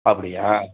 அப்படியா